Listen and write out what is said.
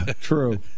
true